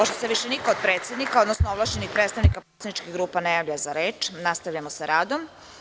Pošto se više niko od predsednika, odnosno ovlašćenih predstavnika poslaničkih grupa ne javlja za reč, nastavljamo sa radom.